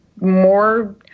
more